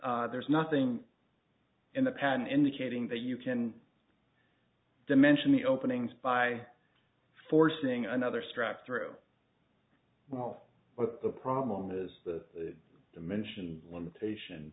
there's nothing in the pan indicating that you can dimension the openings by forcing another strap through well the problem is the dimension limitation